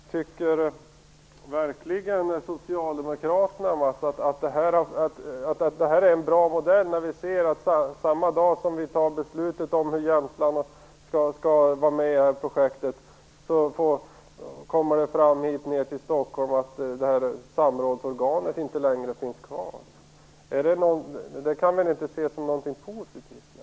Tycker verkligen Socialdemokraterna att detta är en bra modell, trots att det samma dag som man fattar beslut om att Jämtland skall vara med i projektet kommer information till Stockholm om att samrådsorganet inte längre finns kvar? Det kan väl i alla fall inte ses som någonting positivt.